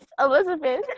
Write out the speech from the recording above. Elizabeth